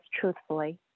truthfully